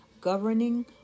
governing